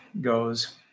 goes